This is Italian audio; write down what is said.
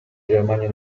germania